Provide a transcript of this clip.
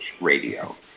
Radio